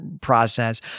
process